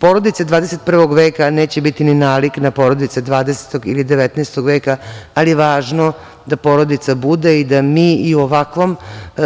Porodice 21. veka neće biti ni nalik na porodice 20. ili 19. veka, ali je važno da porodica bude i da mi i u ovakvom